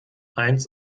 eins